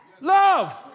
Love